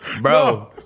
Bro